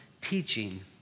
teaching